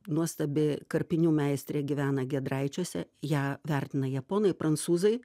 nuostabi karpinių meistrė gyvena giedraičiuose ją vertina japonai prancūzai